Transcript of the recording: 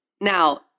Now